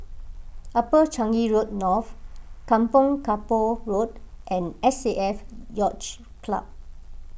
Upper Changi Road North Kampong Kapor Road and S A F Yacht Club